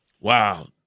wow